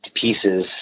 pieces